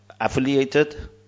affiliated